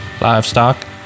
livestock